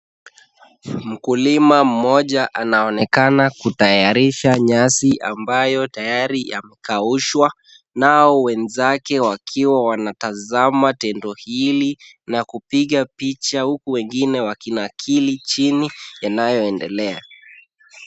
Mkulima mmoja anaonekana kutayarisha nyasi ambayo tayari yamekaushwa, nao wenzake wakiwa wanatazama tendo hili na kupiga picha huku wengine wakinakili chini yanayoendelea.